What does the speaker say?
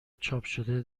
چاپشده